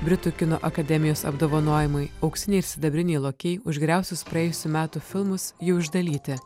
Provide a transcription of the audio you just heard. britų kino akademijos apdovanojimai auksiniai sidabriniai lokiai už geriausius praėjusių metų filmus jau išdalyti